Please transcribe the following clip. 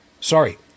sorry